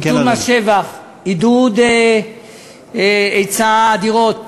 ביטול מס שבח, עידוד היצע דירות,